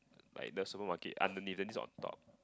like the supermarket underneath then this is on top